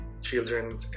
children